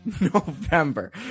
November